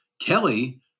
Kelly